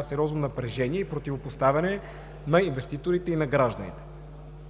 сериозно напрежение и противопоставяне на инвеститорите и на гражданите.